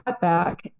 back